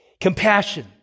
Compassion